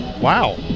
Wow